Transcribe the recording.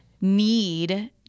need